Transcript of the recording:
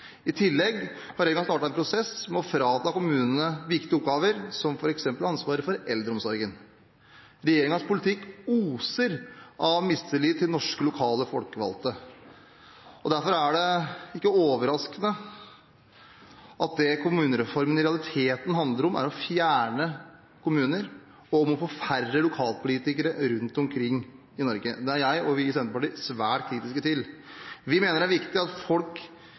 I tillegg har regjeringen startet en prosess med å frata kommunene viktige oppgaver som f.eks. ansvaret for eldreomsorgen. Regjeringens politikk oser av mistillit til norske lokale folkevalgte. Derfor er det ikke overraskende at det kommunereformen i realiteten handler om, er å fjerne kommuner og å få færre lokalpolitikere rundt omkring i Norge. Det er jeg og vi i Senterpartiet svært kritiske til. Vi mener det er viktig at folk